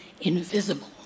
invisible